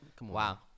Wow